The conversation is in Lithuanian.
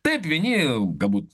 taip vieni galbūt